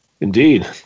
Indeed